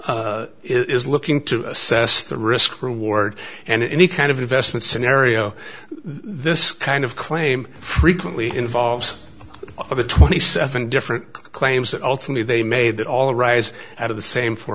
is looking to assess the risk reward and any kind of investment scenario this kind of claim frequently involves a twenty seven different claims that ultimately they made that all arise out of the same fo